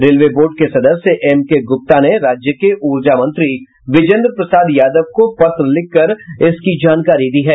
railway board के सदस्य MK Gupta ने राज्य के ऊर्जा मंत्री बिजेन्द्र प्रसाद यादव को पत्र लिखकर इसकी जानकारी दी है